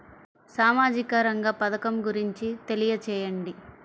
సామాజిక రంగ పథకం గురించి తెలియచేయండి?